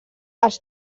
els